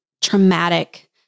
traumatic